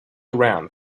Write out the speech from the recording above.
around